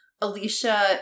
Alicia